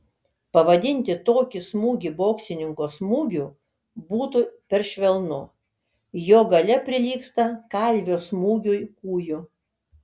pavadinti tokį smūgį boksininko smūgiu būtų per švelnu jo galia prilygsta kalvio smūgiui kūju